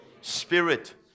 spirit